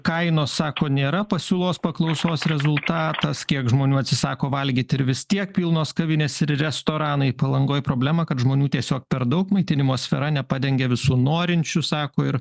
kainos sako nėra pasiūlos paklausos rezultatas kiek žmonių atsisako valgyt ir vis tiek pilnos kavinės ir restoranai palangoj problema kad žmonių tiesiog per daug maitinimo sfera nepadengia visų norinčių sako ir